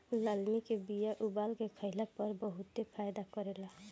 लालमि के बिया उबाल के खइला पर इ बहुते फायदा करेला